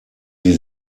die